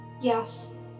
Yes